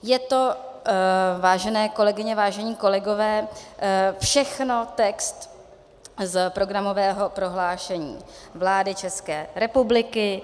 Je to, vážené kolegyně, vážení kolegové, všechno text z programového prohlášení vlády České republiky.